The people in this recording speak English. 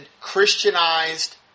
Christianized